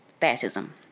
fascism